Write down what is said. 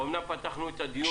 אמנם פתחנו את הדיון